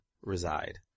reside